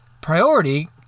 priority